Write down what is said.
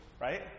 Right